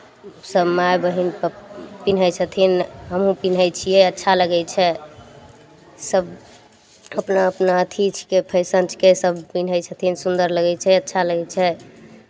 सब माय बहिन प् पिनहै छथिन हमहुँ पिन्है छियै अच्छा लगै छै सब अपना अपना अथी छिके सब फैशन छिके सब पिन्है छथिन सुन्दर लगै छै अच्छा लगै छै